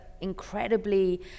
incredibly